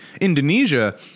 Indonesia